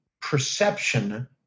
perception